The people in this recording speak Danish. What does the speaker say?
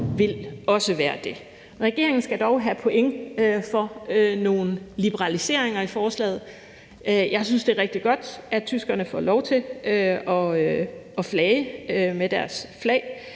vil, også være det. Regeringen skal dog have point for nogle liberaliseringer i forslaget. Jeg synes, det er rigtig godt, at tyskerne får lov til at flage med deres flag.